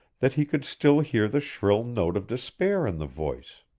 that he could still hear the shrill note of despair in the voice.